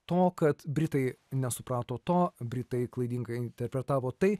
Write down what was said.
to kad britai nesuprato to britai klaidingai interpretavo tai